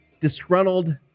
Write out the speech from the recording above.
disgruntled